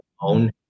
own